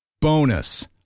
Bonus